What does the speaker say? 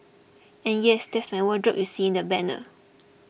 and yes that's my wardrobe you see in the banner